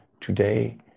today